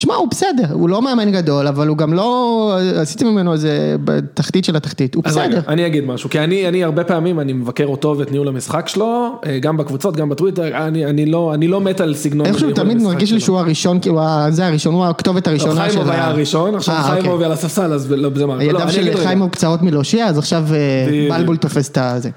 שמע הוא בסדר, הוא לא מאמן גדול, אבל הוא גם לא, עשית ממנו איזה, בתחתית של התחתית, הוא בסדר. אני אגיד משהו, כי אני הרבה פעמים, אני מבקר אותו ואת ניהול המשחק שלו, גם בקבוצות, גם בטוויטר, אני לא מת על סגנון של ניהול המשחק שלו. איך שהוא תמיד מרגיש לי שהוא הראשון, כאילו זה הראשון, הוא הכתובת הראשונה. חיימו היה הראשון, עכשיו חיימו והיא על הספסל, אז זה מה. חיימו קצרות מלהושיע, אז עכשיו בלבול תופס את זה.